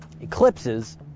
Eclipses